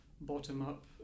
bottom-up